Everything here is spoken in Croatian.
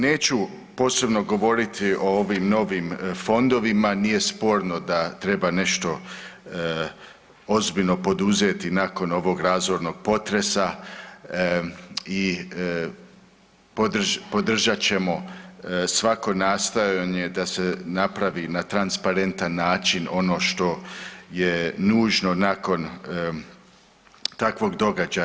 Neću posebno govoriti o ovim novim fondovima, nije sporno da treba nešto ozbiljno poduzeti nakon ovog razornog potresa i podržat ćemo svako nastojanje da se napravi na transparentan način ono što je nužno nakon takvog događaja.